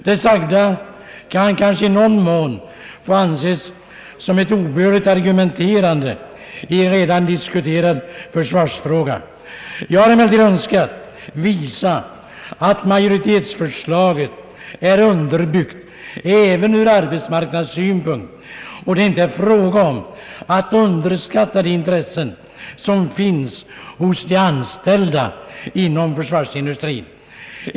Det sagda kan kanske i någon mån få anses som ett obehövligt argumenterande i en redan diskuterad försvarsfråga. Jag har emellertid önskat visa att majoritetsförslaget är underbyggt även ur arbetsmarknadssynpunkt och att det inte är fråga om att underskatta de intressen som finns hos de anställda inom försvarsindustrin.